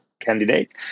candidates